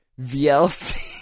VLC